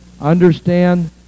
understand